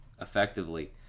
effectively